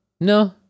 No